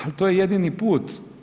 Ali to je jedini put.